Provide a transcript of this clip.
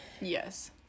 Yes